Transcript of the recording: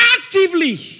Actively